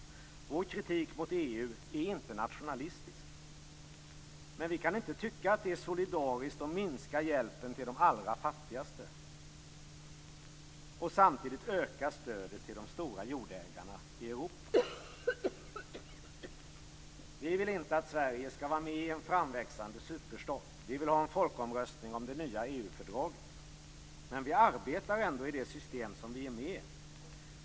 Vår kritik mot EU är internationalistisk. Men vi kan inte tycka att det är solidariskt att minska hjälpen till de allra fattigaste och samtidigt öka stödet till de stora jordägarna i Vi vill inte att Sverige skall vara med i en framväxande superstat. Vi vill ha en folkomröstning om det nya EU-fördraget. Men vi arbetar ändå i det system som Sverige är med i.